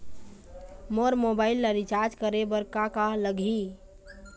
मोर mobile ला recharge करे बर का का लगही?